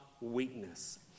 weakness